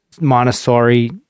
Montessori